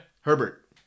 Herbert